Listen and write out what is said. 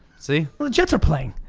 see? the jets are playing.